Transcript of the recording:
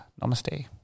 namaste